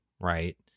right